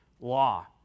law